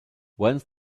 whens